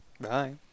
Bye